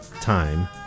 time